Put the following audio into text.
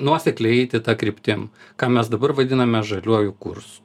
nuosekliai eiti ta kryptim ką mes dabar vadiname žaliuoju kursu